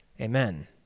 Amen